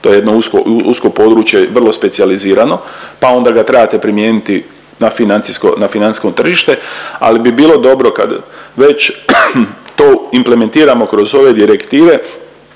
to je jedno usko, usko područje vrlo specijalizirano, pa onda ga trebate primijeniti na financijsko, na financijsko tržište, ali bi bilo dobro kad već to implementiramo kroz ove direktive